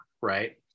right